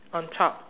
on top